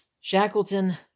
Shackleton